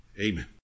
Amen